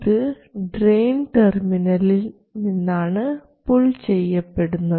ഇത് ഡ്രെയിൻ ടെർമിനലിൽ നിന്നാണ് പുൾ ചെയ്യപ്പെടുന്നത്